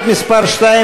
עמיר פרץ,